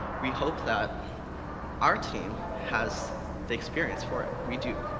we hope that our team has the experience for it. we do.